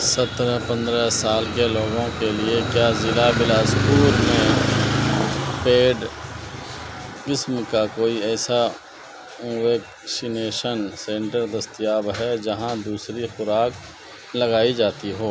سترہ پندرہ سال کے لوگوں کے لیے کیا ضلع بلاسپور میں پیڈ قسم کا کوئی ایسا ویکسینیشن سنٹر دستیاب ہے جہاں دوسری خوراک لگائی جاتی ہو